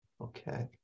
Okay